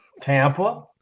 Tampa